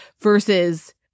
versus